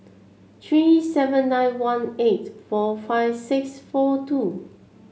three seven nine one eight four five six four two